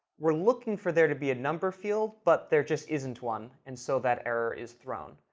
we're looking for there to be a number field. but there just isn't one, and so that error is thrown.